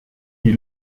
die